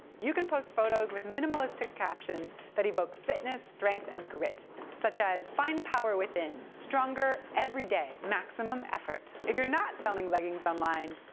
you can post photos with minimalistic captions the evoke fitness, strength, and grit, such as find power within. stronger every day. maximum effort. if you're not selling leggings online,